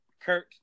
Kurt